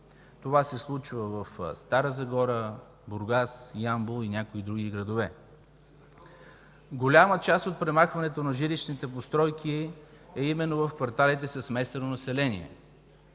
Това се случва в Стара Загора, Бургас, Ямбол и някои други градове. Голяма част от премахването на жилищните постройки е именно в кварталите със смесено население,